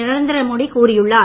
நரேந்திரமோடி கூறியுள்ளார்